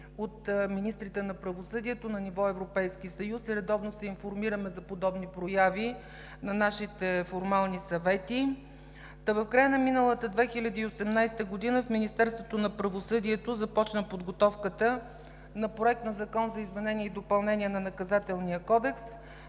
от министрите на правосъдието на ниво Европейски съюз, редовно се информираме за подобни прояви на нашите формални съвети, та в края на 2018 г. в Министерството на правосъдието започна подготовката на Проектозакон за изменение и допълнение на Наказателния кодекс,